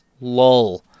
Lull